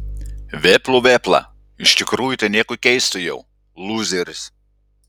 vėplų vėpla iš tikrųjų tai nieko keisto jau lūzeris